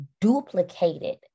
duplicated